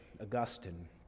Augustine